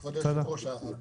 כבוד היושב-ראש,